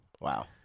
Wow